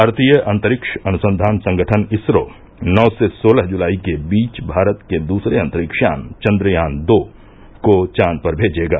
भारतीय अंतरिक्ष अनुसंधान संगठन इसरो नौ से सोलह जुलाई के बीच भारत के दूसरे अंतरिक्ष यान चन्द्रयान दो को चांद पर मेजेगा